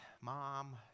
Mom